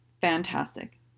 Fantastic